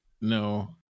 No